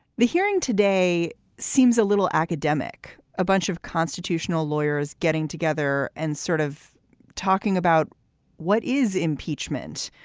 the hearing today seems a little academic, a bunch of constitutional lawyers getting together and sort of talking about what is impeachment,